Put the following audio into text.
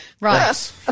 Right